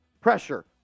pressure